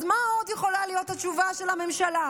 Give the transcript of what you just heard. אז מה עוד יכולה להיות התשובה של הממשלה?